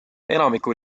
enamiku